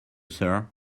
sir